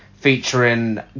featuring